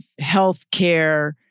healthcare